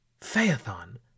Phaethon